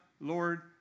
Lord